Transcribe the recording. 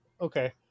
Okay